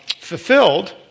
fulfilled